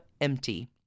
empty